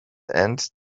and